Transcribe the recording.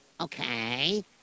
Okay